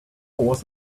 was